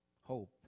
hope